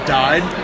died